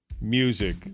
Music